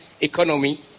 economy